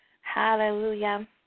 Hallelujah